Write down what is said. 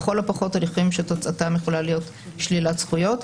לכל הפחות הליכים שתוצאתם יכולה להיות שלילת זכויות.